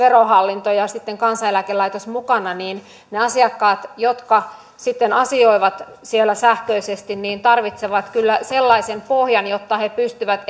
verohallinto ja sitten kansaneläkelaitos mukana niin ne asiakkaat jotka sitten asioivat siellä sähköisesti tarvitsevat kyllä sellaisen pohjan jotta he pystyvät